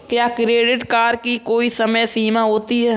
क्या credit card की कोई समय सीमा होती है?